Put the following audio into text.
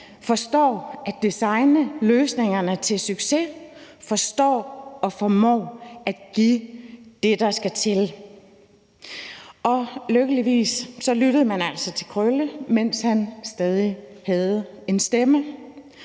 forstår at designe løsningerne til succes og forstår og formår at give det, der skal til. Lykkeligvis lyttede man altså til Krølle, mens han stadig havde en stemme.